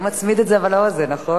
אתה לא מצמיד את זה לאוזן, נכון?